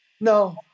No